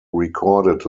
recorded